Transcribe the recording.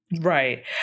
Right